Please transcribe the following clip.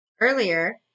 earlier